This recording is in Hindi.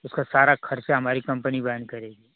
उसका सारा खर्चा हमारी कम्पनी वहन करेगी